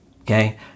okay